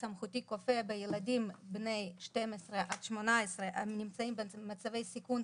סמכותי כופה בילדים בני 12 עד 18 הנמצאים במצבי סיכון,